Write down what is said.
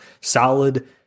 solid